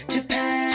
Japan